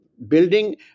building